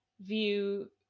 view